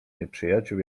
nieprzyjaciół